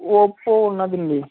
Oppo ఉన్నాదండి